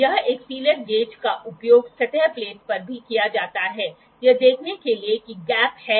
तो यहां आपके पास क्रॉस वायर होगा जो देखने को मिलेगा